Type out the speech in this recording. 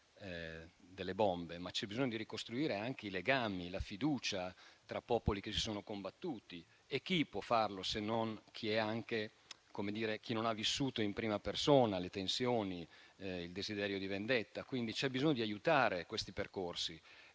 lasciate dalle bombe, ma anche i legami, la fiducia tra popoli che si sono combattuti. Chi può farlo se non chi ha vissuto in prima persona le tensioni e il desiderio di vendetta? C'è bisogno di aiutare questi percorsi,